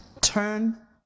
turn